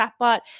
chatbot